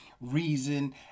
reason